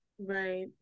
right